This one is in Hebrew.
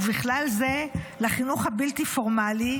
ובכלל זה לחינוך הבלתי-פורמלי,